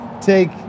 take